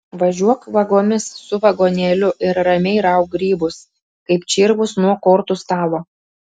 važiuok vagomis su vagonėliu ir ramiai rauk grybus kaip čirvus nuo kortų stalo